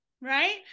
right